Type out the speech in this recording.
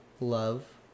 love